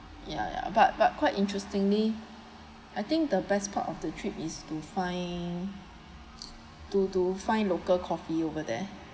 ya ya but but quite interestingly I think the best part of the trip is to find to to find local coffee over there